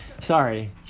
Sorry